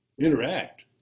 interact